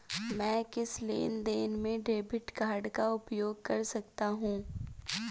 मैं किस लेनदेन में क्रेडिट कार्ड का उपयोग कर सकता हूं?